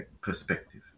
Perspective